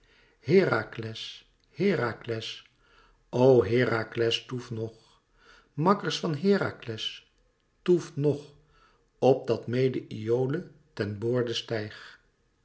herakles herakles o herakles toef nog makkers van herakles toeft nog opdat mede iole ten boorde stijg